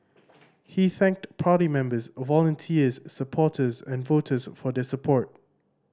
he thanked party members volunteers supporters and voters for their support